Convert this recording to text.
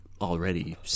already